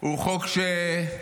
הוא חוק --- זה,